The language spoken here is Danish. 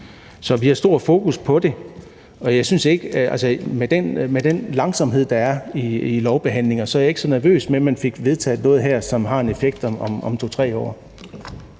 Så vi har stort fokus på det. Og med den langsommelighed, der er i lovbehandlinger, er jeg ikke så nervøs over, at man her fik vedtaget noget, som har en effekt om 2-3 år.